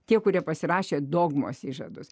tie kurie pasirašė dogmos įžadus